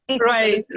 Right